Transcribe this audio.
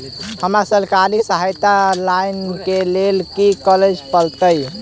हमरा सरकारी सहायता लई केँ लेल की करऽ पड़त?